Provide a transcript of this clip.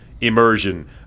immersion